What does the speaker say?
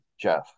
Jeff